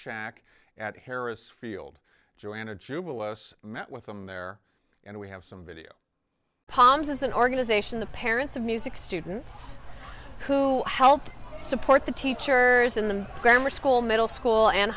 shack at harris field joanna jubal us met with them there and we have some video palms as an organization the parents of music students who helped support the teachers in the grammar school middle school and